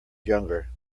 younger